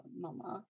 mama